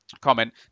comment